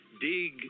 dig